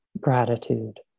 gratitude